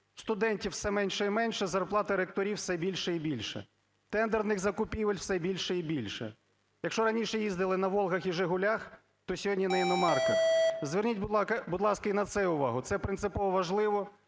студентів все менше і менше, зарплата ректорів - все більша і більша, тендерних закупівель все більше і більше. Якщо раніше їздили на "волгах" і "жигулях", то сьогодні на іномарках. Зверніть, будь ласка, і на це увагу, це принципово важливо,